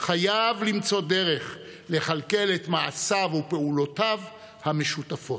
חייב למצוא דרך לכלכל את מעשיו ופעולותיו המשותפות.